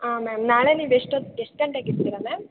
ಹಾಂ ಮ್ಯಾಮ್ ನಾಳೆ ನೀವು ಎಷ್ಟೊತ್ತು ಎಷ್ಟು ಗಂಟೆಗೆ ಇರ್ತೀರ ಮ್ಯಾಮ್